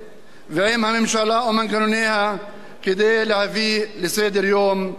ועם הממשלה ומנגנוניה כדי להביא לסדר-יום חדש.